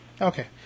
Okay